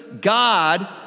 God